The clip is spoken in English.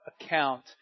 account